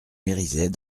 mériset